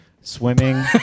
Swimming